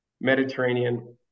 mediterranean